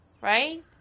right